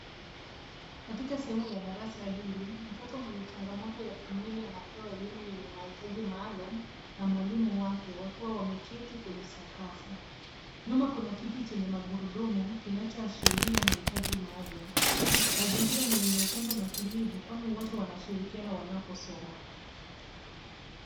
Katika sehemu ya darasa hili, mtoto mwenye changamoto ya kimwili anapewa elimu yenye mahitaji maalum, na mwalimu wake, wakiwa wameketi kwenye sakafu. Nyuma kuna kiti chenye magurudumu kinachoashiria mahitaji maalum. Mazingira ni yenye upendo, na tulivu, kwani wote wanashirikiana wanaposoma.